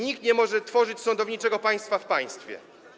Nikt nie może tworzyć sądowniczego państwa w państwie.